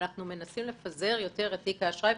אנחנו מנסים לפזר יותר את תיק האשראי.